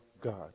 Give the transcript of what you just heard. God